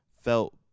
felt